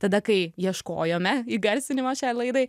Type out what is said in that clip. tada kai ieškojome įgarsinimo šiai laidai